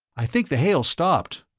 i think the hail's stopped.